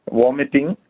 vomiting